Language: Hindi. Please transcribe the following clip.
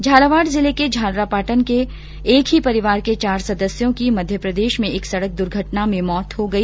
झालावाड़ जिले के झालरापाटन के एक ही परिवार के चार सदस्यों की मध्यप्रदेश में एक सड़क दुर्घटना में मौत हो गई